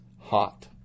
hot